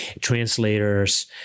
translators